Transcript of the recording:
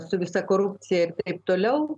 su visa korupcija ir taip toliau